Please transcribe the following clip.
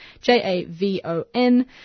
J-A-V-O-N